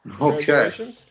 Okay